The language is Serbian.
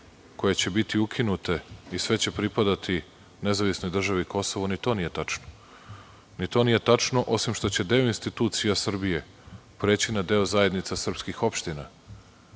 koje će biti ukinute i sve će pripadati nezavisnoj državi Kosovo, ni to nije tačno, osim što će deo institucija Srbije preći na deo zajednica srpskih opština,